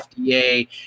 FDA